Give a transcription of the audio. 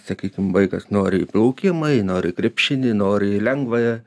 sakykim vaikas nori į plaukimą nori į krepšinį nori į lengvąją